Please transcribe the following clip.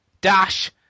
dash